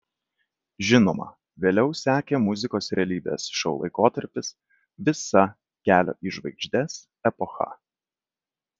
žinoma vėliau sekė muzikos realybės šou laikotarpis visa kelio į žvaigždes epocha